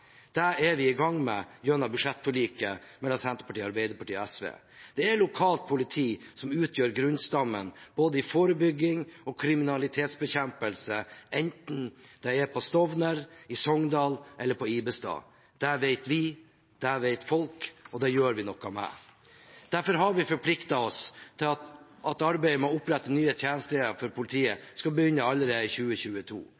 Det er vi i gang med gjennom budsjettforliket mellom Senterpartiet, Arbeiderpartiet og SV. Det er lokalt politi som utgjør grunnstammen i både forebygging og kriminalitetsbekjempelse, enten det er på Stovner, i Sogndal eller på Ibestad. Det vet vi, det vet folk, og det gjør vi noe med. Derfor har vi forpliktet oss til at arbeidet med å opprette nye tjenestesteder for